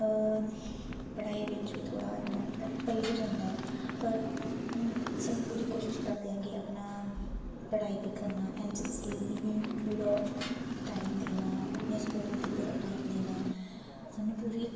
अ पढ़ाई बिच बी थोह्ड़ा इ'यां इफेक्ट पेई गै जंदा ऐ पर हून सानूं पूरी कोशश करदे ऐ कि अपना पढ़ाई बी करना एन सी सी बी पूरा टाइम देना अपने स्पोर्ट्स दी पूरा टाइम देना सानूं पूरी